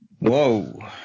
Whoa